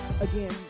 again